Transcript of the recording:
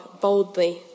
boldly